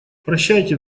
прощайте